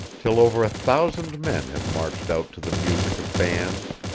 till over a thousand men have marched out to the music of bands,